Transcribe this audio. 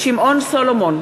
שמעון סולומון,